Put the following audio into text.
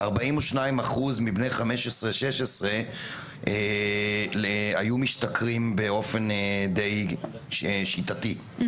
42 אחוז מבני 15-16 היו משתכרים באופן די שיטתי,